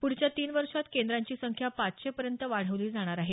पुढच्या तीन वर्षांत केंद्रांची संख्या पाचशेपर्यंत वाढवली जाणार आहे